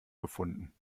gefunden